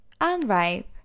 unripe